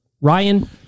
Ryan